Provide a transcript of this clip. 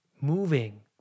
moving